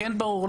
כן ברור,